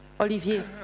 Olivier